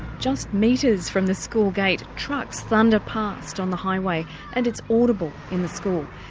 just metres from the school gate trucks thunder past on the highway and it's audible in the school.